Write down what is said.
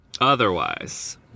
otherwise